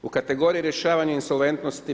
U kategoriji rješavanja insolventnosti 59.